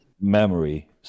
memory